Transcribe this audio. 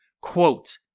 Quote